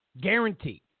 Guaranteed